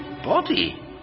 body